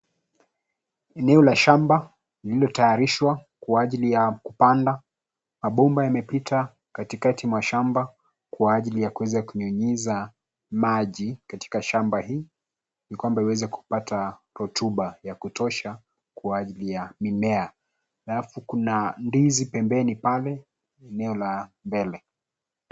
Eneo la shamba lililotayarishwa kwa ajili ya kupanda. Mabomba yamepita katikati mwa shamba kwa ajili ya kuweza kunyunyiza maji katika shamba hii ili kwamba iweze kupata rotuba ya kutosha kwa ajili ya mimea alafu kuna ndizi pembeni pale eneo la mbele.